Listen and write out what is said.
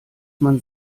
man